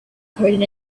coded